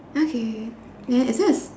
okay then is there a s~